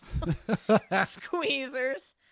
squeezers